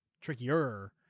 trickier